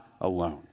alone